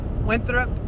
Winthrop